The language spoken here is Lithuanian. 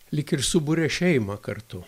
lyg ir suburia šeimą kartu